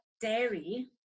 dairy